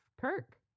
Kirk